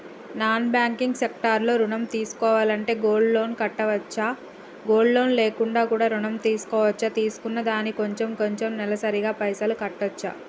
Non banking sector లో ఋణం తీసుకోవాలంటే గోల్డ్ లోన్ పెట్టుకోవచ్చా? గోల్డ్ లోన్ లేకుండా కూడా ఋణం తీసుకోవచ్చా? తీసుకున్న దానికి కొంచెం కొంచెం నెలసరి గా పైసలు కట్టొచ్చా?